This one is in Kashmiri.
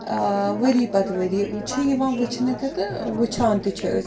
ٲں ؤریہِ پتہٕ ؤریہِ چھِ یوان وُچھنہِ تہِ تہٕ ٲں وُچھان تہِ چھِ أسی